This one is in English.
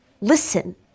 Listen